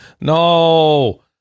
No